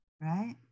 Right